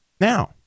Now